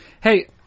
Hey –